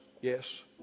yes